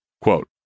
Quote